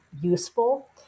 useful